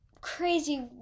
crazy